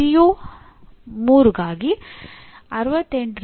ಇದು ಸಂಪೂರ್ಣವಾಗಿ ಡೇಟಾ